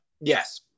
Yes